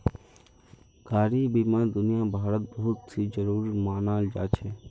गाडी बीमा दुनियाभरत बहुत ही जरूरी मनाल जा छे